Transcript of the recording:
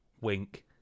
Wink